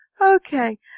Okay